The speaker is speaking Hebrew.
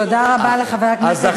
תודה רבה לחבר הכנסת נסים זאב.